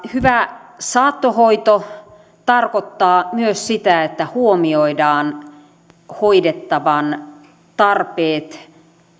hyvä saattohoito tarkoittaa myös sitä että huomioidaan hoidettavan tarpeet